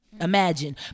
Imagine